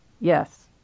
Yes